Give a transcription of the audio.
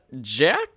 Jack